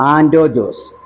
Anto Jose